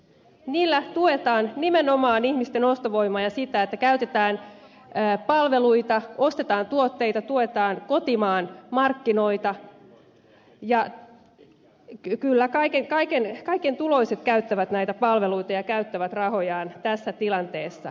niillä tuetaan nimenomaan ihmisten ostovoimaa ja sitä että käytetään palveluita ostetaan tuotteita tuetaan kotimaan markkinoita ja kyllä kaiken tuloiset käyttävät näitä palveluita ja käyttävät rahojaan tässä tilanteessa